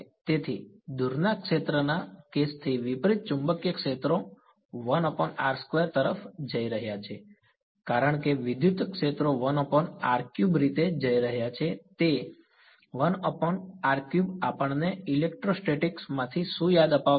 તેથી દૂરના ક્ષેત્રના કેસથી વિપરીત ચુંબકીય ક્ષેત્રો તરફ જઈ રહ્યા છે કારણ કે વિદ્યુત ક્ષેત્રો રીતે જઈ રહ્યા છે તે આપણને ઇલેક્ટ્રોસ્ટેટિક્સ માંથી શું યાદ અપાવે છે